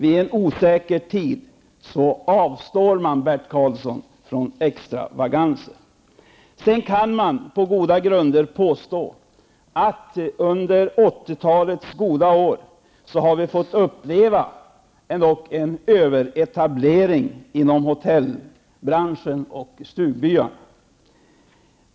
I en osäker tid avstår man från extravaganser, Bert Karlsson. Sedan kan man på goda grunder påstå att vi under 80-talets goda år ändock har fått uppleva en överetablering inom hotellbranschen och stugbyarna.